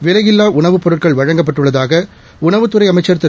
விலையில்லா உணவுப் பொருட்கள் வழங்கப்பட்டுள்ளதாக உணவுத்துறை அமைச்சர் திரு